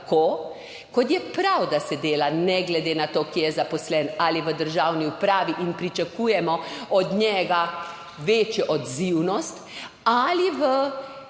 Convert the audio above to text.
kot je prav, da se dela, ne glede na to, kje je zaposlen, ali v državni upravi in pričakujemo od njega večjo odzivnost ali v